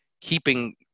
Keeping